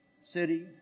city